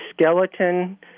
skeleton